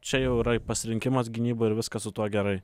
čia jau yra pasirinkimas gynyboj ir viskas su tuo gerai